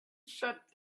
shut